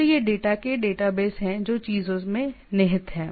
तो ये डेटा के डेटाबेस हैं जो चीजों में निहित हैं